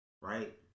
Right